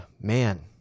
man